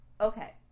okay